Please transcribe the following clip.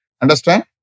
Understand